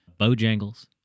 Bojangles